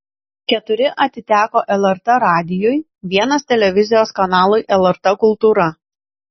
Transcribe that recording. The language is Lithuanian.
keturi atiteko lrt radijui vienas televizijos kanalui lrt kultūra